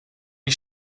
die